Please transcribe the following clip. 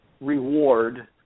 reward